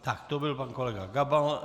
Tak to byl pan kolega Gabal.